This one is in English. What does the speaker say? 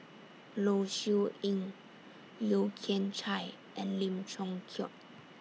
Low Siew Nghee Yeo Kian Chye and Lim Chong Keat